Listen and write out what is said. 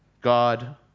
God